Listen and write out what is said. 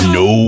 no